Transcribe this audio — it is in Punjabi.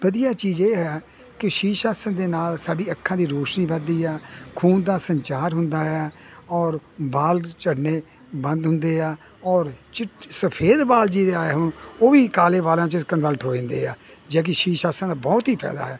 ਵਧੀਆ ਚੀਜ਼ ਇਹ ਹੈ ਕਿ ਸ਼ੀਸ਼ ਆਸਣ ਦੇ ਨਾਲ ਸਾਡੀ ਅੱਖਾਂ ਦੀ ਰੋਸ਼ਨੀ ਵੱਧਦੀ ਆ ਖੂਨ ਦਾ ਸੰਚਾਰ ਹੁੰਦਾ ਹੈ ਔਰ ਬਾਲ ਝੜਨੇ ਬੰਦ ਹੁੰਦੇ ਆ ਔਰ ਚਿੱਟੀ ਸਫੇਦ ਬਾਲ ਜਿਹਦੇ ਆਏ ਹੋਣ ਉਹ ਵੀ ਕਾਲੇ ਵਾਲਾ ਚ ਕੰਨਵਰਟ ਹੋ ਜਾਂਦੇ ਆ ਜਦ ਕੀ ਸ਼ੀਸ਼ ਆਸਣ ਦਾ ਬਹੁਤ ਹੀ ਫਾਇਦਾ ਹੈ